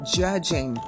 judging